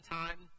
time